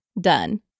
done